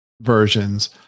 versions